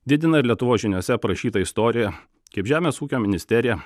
didina ir lietuvos žiniose aprašyta istorija kaip žemės ūkio ministerija